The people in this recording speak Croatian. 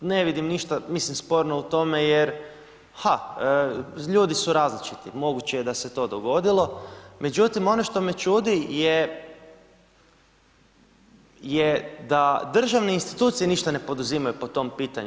Ne vidim ništa, mislim, sporno u tome jer, ha, ljudi su različiti, moguće je da se to dogodilo, međutim, ono što me čudi je da državne institucije ništa ne poduzimaju po tom pitanju.